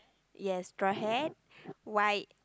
yes got hair white